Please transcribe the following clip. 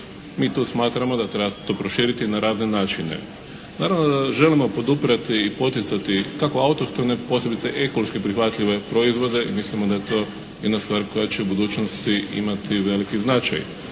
Mi tu smatramo da treba tu proširiti na razne načine. Naravno da želimo poduprijeti i poticati kako autohtone posebice ekološki prihvatljive proizvode i mislimo da je to jedna stvar koja će u budućnosti imati veliki značaj.